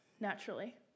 naturally